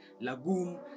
lagoon